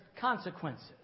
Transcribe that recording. consequences